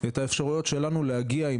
אנחנו בוחנים את האפשרויות שלנו להגיע עם